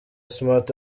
smart